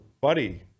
Buddy